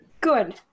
Good